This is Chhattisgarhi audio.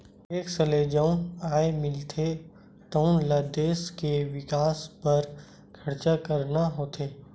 टेक्स ले जउन आय मिलथे तउन ल देस के बिकास बर खरचा करना होथे